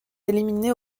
éliminée